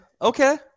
Okay